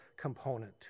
component